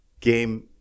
Game